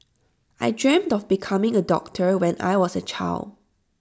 I dreamt of becoming A doctor when I was A child